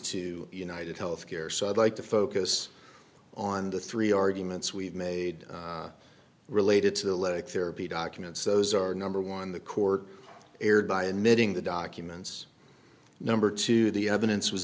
to united health care so i'd like to focus on the three arguments we've made related to the lead therapy documents those are number one the court erred by admitting the documents number two the evidence was